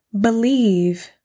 believe